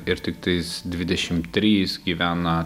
ir tiktais dvidešimt trys gyvena